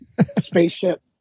spaceship